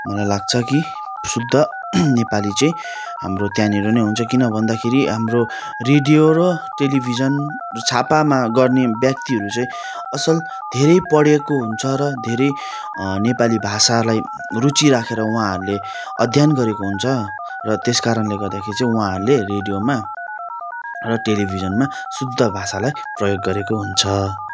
मलाई लाग्छ कि शुद्ध नेपाली चाहिँ हाम्रो त्यहाँनिर नै हुन्छ किन भन्दाखेरि हाम्रो रेडियो र टेलिभिजन र छापामा गर्ने व्यक्तिहरू चाहिँ असल धेरै पढेको हुन्छ र धेरै नेपाली भाषालाई रुचि राखेर उहाँहरूले अध्ययन गरेको हुन्छ र त्यस कारणले गर्दाखेरि चाहिँ उहाँहरूले रेडियोमा र टेलिभिजनमा शुद्ध भाषालाई प्रयोग गरेको हुन्छ